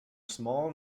small